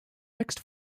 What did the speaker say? next